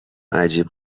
عجیب